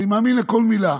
אני מאמין לכל מילה,